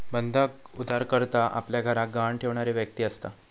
बंधक उधारकर्ता आपल्या घराक गहाण ठेवणारी व्यक्ती असता